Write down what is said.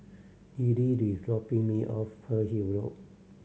Liddie is dropping me off Pearl Hill Road